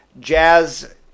jazz